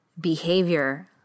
behavior